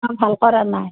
ভাল কৰা নাই